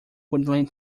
woodland